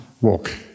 Walk